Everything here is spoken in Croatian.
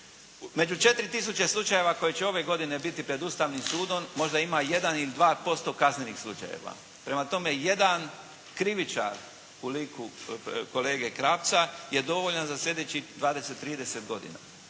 tisuće slučajeva koji će ove godine biti pred Ustavnim sudom možda ima jedan ili dva posto kaznenih slučajeva. Prema tome, jedan krivičar u liku kolege Krapca je dovoljan za sljedećih